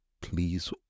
Please